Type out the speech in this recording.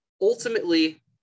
Ultimately